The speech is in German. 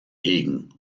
hegen